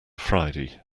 friday